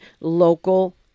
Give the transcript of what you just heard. local